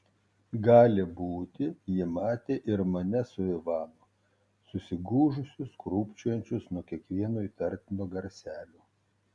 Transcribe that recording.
gali būti ji matė ir mane su ivanu susigūžusius krūpčiojančius nuo kiekvieno įtartino garselio